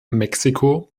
mexiko